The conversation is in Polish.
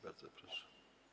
Bardzo proszę.